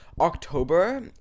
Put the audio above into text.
october